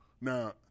now